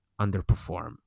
underperform